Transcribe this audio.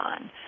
on